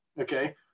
okay